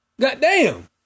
Goddamn